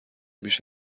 بیش